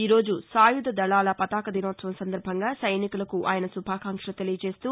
ఈ రోజు సాయుధ దళాల పతాక దినోత్సవం సందర్బంగా సైనికులకు ఆయన శుభాకాంక్షలు తెలియజేస్తూ